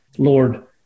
Lord